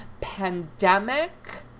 Pandemic